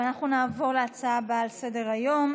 אנחנו נעבור להצעה הבאה על סדר-היום,